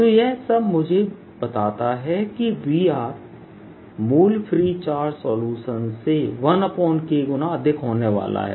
तो यह सब मुझे बताता है कि Vr मूल फ्री चार्ज सॉल्यूशन से 1K गुना अधिक होने वाला है